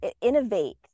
innovate